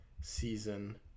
season